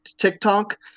TikTok